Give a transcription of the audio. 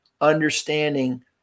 understanding